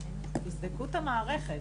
תבדקו את המערכת.